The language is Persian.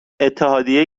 اتحادیه